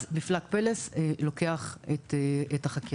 אז מפלג "פלס" לוקח את החקירה.